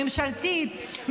ממשלתית,